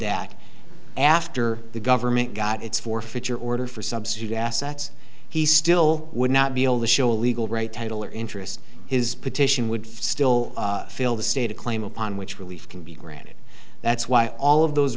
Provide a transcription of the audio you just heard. that after the government got its forfeiture order for substitute assets he still would not be able to show a legal right title or interest his petition would still fill the state a claim upon which relief can be granted that's why all of those